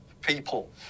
people